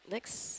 next